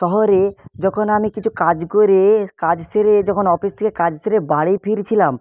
শহরে যখন আমি কিছু কাজ করে কাজ সেরে যখন অফিস থেকে কাজ সেরে বাড়ি ফিরছিলাম